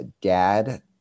dad